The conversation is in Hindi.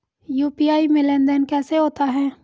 यू.पी.आई में लेनदेन कैसे होता है?